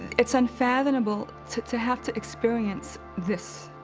it's unfathomable to to have to experience this.